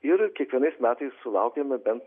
ir kiekvienais metais sulaukiame bent